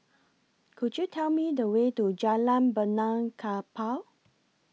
Could YOU Tell Me The Way to Jalan Benaan Kapal